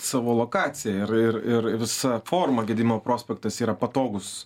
savo lokacija ir ir visa forma gedimino prospektas yra patogus